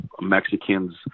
Mexicans